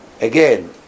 again